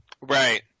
Right